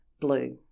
blue